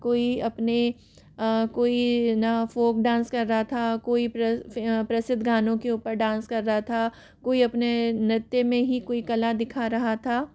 कोई अपने कोई न फोल्क डांस कर रहा था कोई प्रसिद्ध गानों के ऊपर डांस कर रहा था कोई अपने नृत्य में ही कोई कला दिखा रहा था